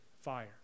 fire